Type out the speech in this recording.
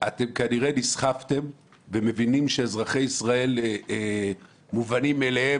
אתם כנראה נסחפתם ומבינים שאזרחי ישראל מובנים מאליהם